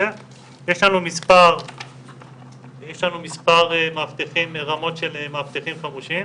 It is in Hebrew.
יש לנו מספר מאבטחים ברמות של מאבטחים חמושים,